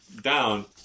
down